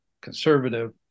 conservative